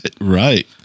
Right